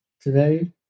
today